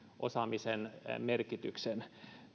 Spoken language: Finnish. osaamisen merkitys